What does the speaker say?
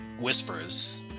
Whispers